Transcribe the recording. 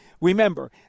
Remember